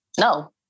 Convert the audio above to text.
No